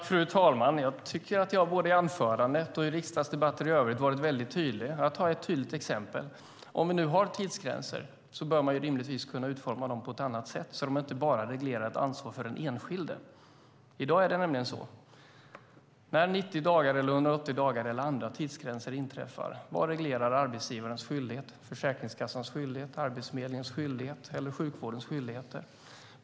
Fru talman! Jag tycker att jag både i anförandet och i riksdagsdebatter i övrigt varit väldigt tydlig. Jag ska ta ett tydligt exempel. Om vi nu har tidsgränser bör man rimligtvis kunna utforma dem på ett sådant sätt att de inte bara reglerar ett ansvar för den enskilde. I dag är det nämligen så. När 90 dagars eller 180 dagars eller andra tidsgränser inträffar, vad reglerar arbetsgivarens skyldighet, Försäkringskassans, Arbetsförmedlingens eller sjukvårdens skyldigheter?